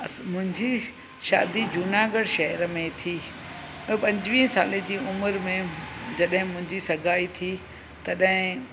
अस मुंहिंजी शादी जूनागढ़ शहर में थी त पंजवीह साल जी उमिरि में जॾहिं मुंहिंजी सगाई थी तॾहिं